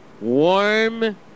warm